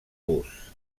bus